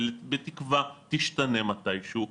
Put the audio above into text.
ובתקווה תשתנה מתי שהוא,